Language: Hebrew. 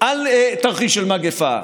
על תרחיש של מגפה,